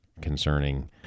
concerning